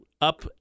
up